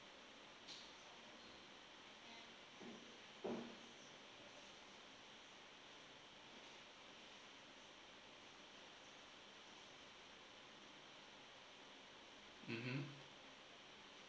mmhmm